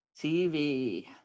TV